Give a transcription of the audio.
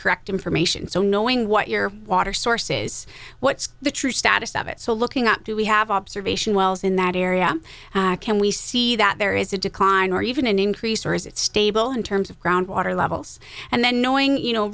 correct information so knowing what your water source is what's the true status of it so looking up do we have observation wells in that area can we see that there is a decline or even an increase or is it stable in terms of groundwater levels and then knowing you know